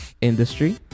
industry